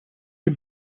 den